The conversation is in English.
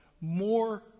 more